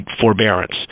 forbearance